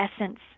essence